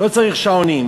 לא צריך שעונים.